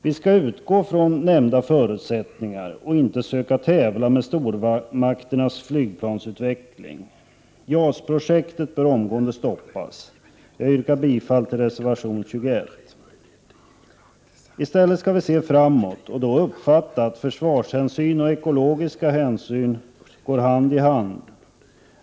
Vi skall utgå från nämnda förutsättningar och inte söka tävla med stormakternas flygplansutveckling. JAS-projektet bör omgående stoppas. Jag yrkar bifall till reservation 21. Istället skall vi se framåt och inse att försvarshänsyn och ekologiska hänsyn går hand i hand.